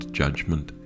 judgment